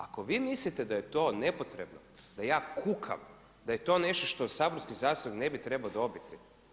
Ako vi mislite da je to nepotrebno da ja kukam da je to nešto što saborski zastupnik ne bi trebao dobiti.